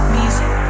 music